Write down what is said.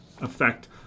effect